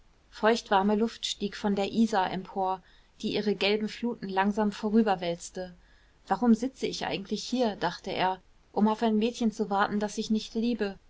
feuchtwarme luft stieg von der isar empor die ihre gelben fluten langsam vorüberwälzte warum sitze ich eigentlich hier dachte er um auf ein mädchen zu warten das ich nicht liebe